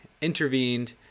intervened